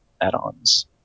add-ons